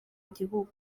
gihugu